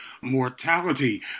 mortality